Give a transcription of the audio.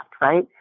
right